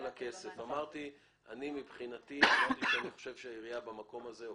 אני חושב שהעירייה במקום הזה היא